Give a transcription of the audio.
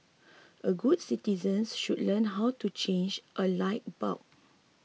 all good citizens should learn how to change a light bulb